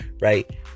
right